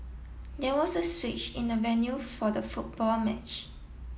there was a switch in the venue for the football match